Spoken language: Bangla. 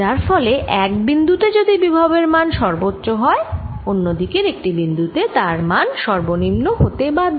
যার ফলে এক বিন্দু তে যদি বিভবের মান সর্বোচ্চ হয় অন্যদিকের একটি বিন্দু তে তার মান সর্বনিম্ন হতে বাধ্য